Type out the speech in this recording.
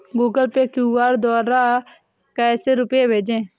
Google pay QR द्वारा कैसे रूपए भेजें?